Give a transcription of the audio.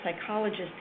psychologist